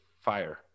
fire